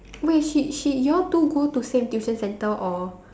wait she she you all two go to same tuition centre or